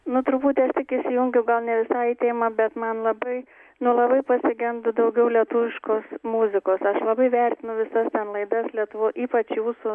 nu truputį aš tik įsijungiu gal ne visai į temą bet man labai nu labai pasigendu daugiau lietuviškos muzikos aš labai vertinu visas ten laidas lietuvoj ypač jūsų